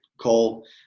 Cole